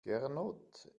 gernot